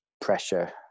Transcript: pressure